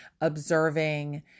observing